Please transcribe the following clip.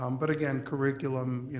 um but again, curriculum,